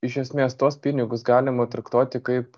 iš esmės tuos pinigus galima traktuoti kaip